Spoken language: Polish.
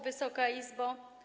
Wysoka Izbo!